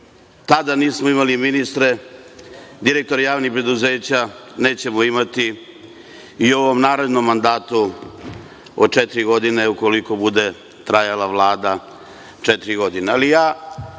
Tada nismo imali ministre, direktore javnih preduzeća, nećemo imati i u ovom narednom mandatu od četiri godine, ukoliko bude trajala Vlada četiri godine.